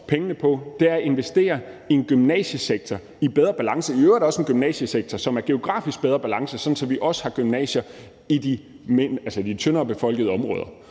pengene på, er at investere i en gymnasiesektor i bedre balance – i øvrigt også en gymnasiesektor, som er i geografisk bedre balance, sådan at vi også har gymnasier i de tyndere befolkede områder.